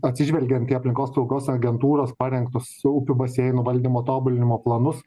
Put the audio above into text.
atsižvelgiant į aplinkos saugos agentūros parengtus upių baseinų valdymo tobulinimo planus